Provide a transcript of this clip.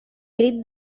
crit